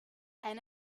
and